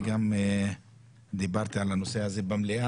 אני גם דיברתי על הנושא הזה במליאה,